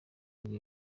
nibwo